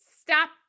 Stop